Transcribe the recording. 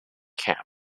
camp